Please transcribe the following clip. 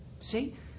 See